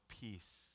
peace